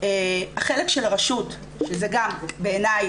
החלק של הרשות זה גם בעיני,